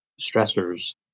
stressors